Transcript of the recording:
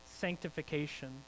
sanctification